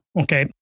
Okay